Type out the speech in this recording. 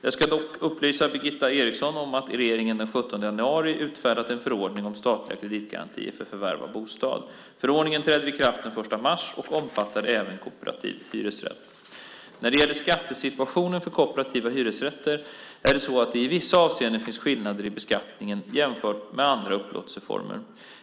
Jag kan dock upplysa Birgitta Eriksson om att regeringen den 17 januari utfärdat en förordning om statliga kreditgarantier för förvärv av bostad. Förordningen träder i kraft den 1 mars och omfattar även kooperativ hyresrätt. När det gäller skattesituationen för kooperativa hyresrätter är det så att det i vissa avseenden finns skillnader i beskattningen jämfört med andra upplåtelseformer.